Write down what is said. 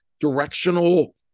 directional